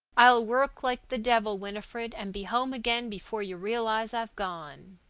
i'll work like the devil, winifred, and be home again before you realize i've gone.